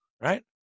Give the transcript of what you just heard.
right